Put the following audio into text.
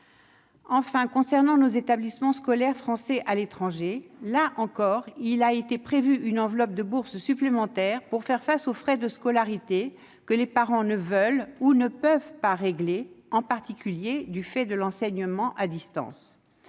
qui concerne nos établissements scolaires français à l'étranger, il a été, là encore, prévu une enveloppe de bourses supplémentaires pour faire face aux frais de scolarité, que les parents ne veulent ou ne peuvent pas régler, en particulier du fait de l'enseignement à distance.